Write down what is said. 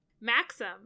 Maxim